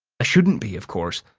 shouldn't be, of course.